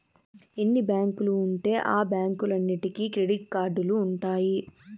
ఎన్ని బ్యాంకులు ఉంటే ఆ బ్యాంకులన్నీటికి క్రెడిట్ కార్డులు ఉంటాయి